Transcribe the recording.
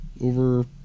over